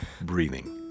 breathing